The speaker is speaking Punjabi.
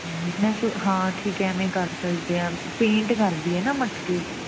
ਮੈਂ ਸੋ ਹਾਂ ਠੀਕ ਐਵੇ ਕਰ ਸਕਦੇ ਆ ਪੇਂਟ ਕਰਦੀ ਹੈ ਨਾ ਮਟਕੇ